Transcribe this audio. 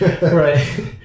Right